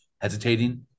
hesitating